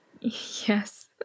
Yes